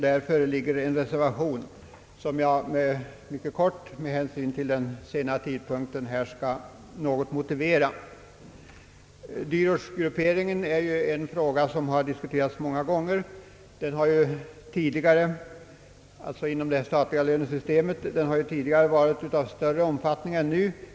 Där föreligger en reservation som jag med hänsyn till den sena tidpunkten mycket kort skall motivera. Dyrortsgrupperingen inom det statliga lönesystemet är en fråga som har diskuterats många gånger. Den har tidigare varit av större omfattning än nu.